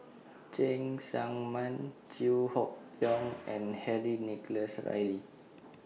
Cheng Tsang Man Chew Hock Leong and Henry Nicholas Ridley